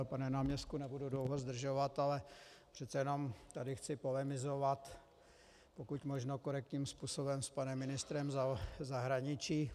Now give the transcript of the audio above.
Pane náměstku, nebudu dlouho zdržovat, ale přece jen tady chci polemizovat, pokud možno korektním způsobem, s panem ministrem zahraničí.